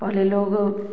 पहले लोग